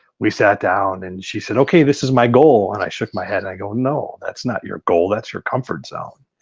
we sat down and she said okay this is my goal and i shook my head and i go no, that's not your goal, that's your comfort zone.